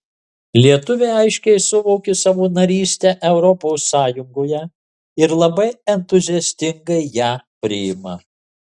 lietuviai aiškiai suvokė savo narystę europos sąjungoje ir labai entuziastingai ją priima